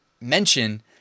mention